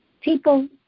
people